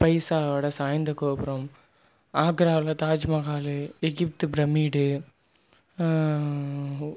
பைசாவோட சாய்ந்த கோபுரம் ஆக்ராவில் தாஜ்மஹால் எகிப்து பிரமீடு